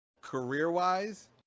career-wise